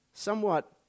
somewhat